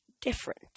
different